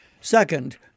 Second